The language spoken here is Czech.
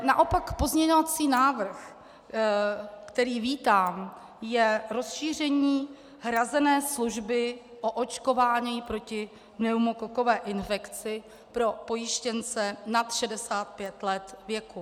Naopak pozměňovací návrh, který vítám, je rozšíření hrazené služby o očkování proti pneumokokové infekci pro pojištěnce nad 65 let věku.